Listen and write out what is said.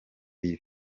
iyi